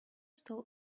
stole